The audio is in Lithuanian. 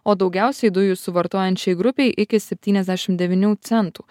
o daugiausiai dujų suvartojančiai grupei iki septyniasdešimt devynių centų